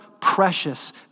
precious